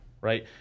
right